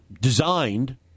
designed